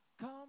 Come